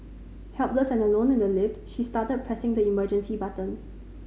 helpless and alone in the lift she started pressing the emergency button